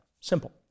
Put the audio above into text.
Simple